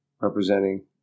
representing